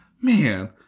man